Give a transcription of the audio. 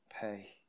pay